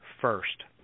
first